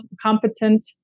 competent